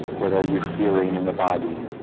what are you feeling in the body